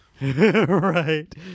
right